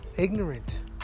ignorant